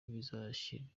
bizashyirwa